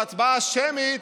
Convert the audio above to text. בהצבעה השמית,